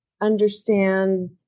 understand